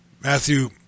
Matthew